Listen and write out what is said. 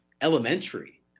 elementary